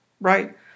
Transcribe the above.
right